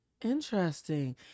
Interesting